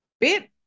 bit